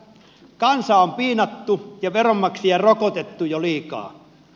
kansaa on piinattu ja veronmaksajia rokotettu jo liikaa